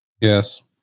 Yes